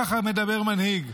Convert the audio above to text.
ככה מדבר מנהיג,